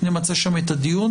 נמצה שם את הדיון.